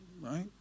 right